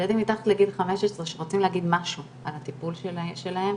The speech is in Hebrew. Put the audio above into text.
ילדים מתחת לגיל 15 שרוצים להגיד משהו על הטיפול שלהם,